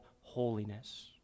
holiness